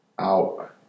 out